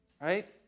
right